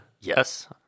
Yes